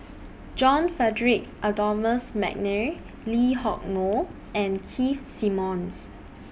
John Frederick Adolphus MC Nair Lee Hock Moh and Keith Simmons